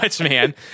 man